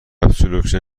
اکسیژن